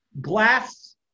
glass